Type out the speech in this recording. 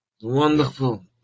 Wonderful